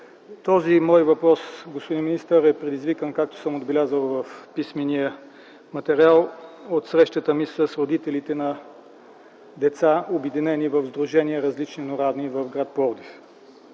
този мой въпрос е предизвикан, както съм го отбелязал в писмения материал, от срещата ми с родителите на деца, обединени в Сдружение „Различни, но равни” в гр. Пловдив.